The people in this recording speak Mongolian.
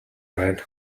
байна